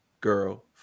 girl